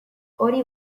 hori